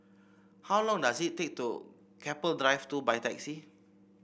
how long does it take to get to Keppel Drive Two by taxi